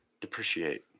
depreciate